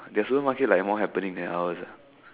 their supermarket like more happening than ours ah